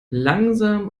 langsam